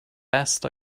best